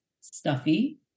stuffy